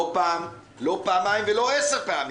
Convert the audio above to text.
לא פעם, לא פעמיים ולא עשר פעמים,